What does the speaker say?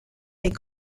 des